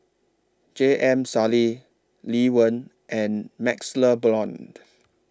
J M Sali Lee Wen and MaxLe Blond